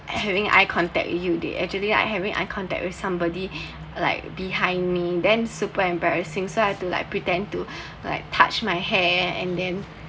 having eye contact with you they actually are having eye contact with somebody like behind me then super embarrassing so I have like pretend to like touch my hair and then